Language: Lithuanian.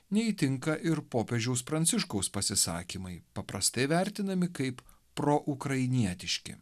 neįtinka ir popiežiaus pranciškaus pasisakymai paprastai vertinami kaip proukrainietiški